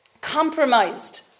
compromised